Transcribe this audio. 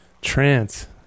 Trance